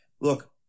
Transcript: look